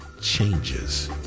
changes